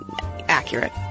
accurate